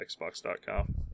Xbox.com